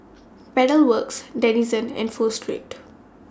Pedal Works Denizen and Pho Street